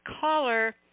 caller